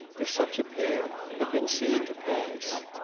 if such a pair had been seen to pass.